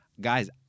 guys